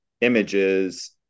images